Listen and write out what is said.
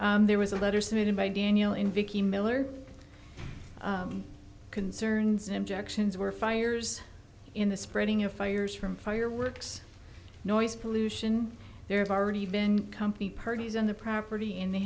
things there was a letter submitted by daniel in vicki miller concerns and objections were fires in the spreading of fires from fireworks noise pollution there have already been company parties on the property in they